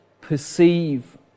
perceive